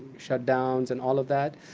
shutdowns, and all of that.